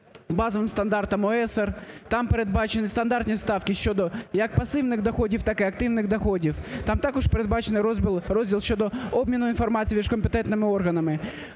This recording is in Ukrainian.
базовим стандартам ОЕСР, там передбачені стандартні ставки щодо як пасивних доходів, так і активних доходів. Там також передбачений розділ щодо обміну інформацією між компетентними органами.